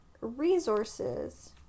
resources